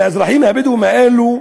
לאזרחים הבדואים האלה,